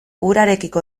urarekiko